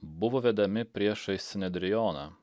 buvo vedami priešais nedrijoną